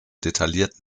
detailliert